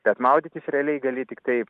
tad maudytis realiai gali tiktai